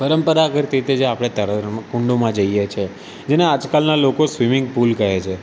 પરંપરાગત રીતે જે આપણે તરણ કુંડોમાં જઈએ છીએ જેને આજ કાલના લોકો સ્વિમિંગ પૂલ કહે છે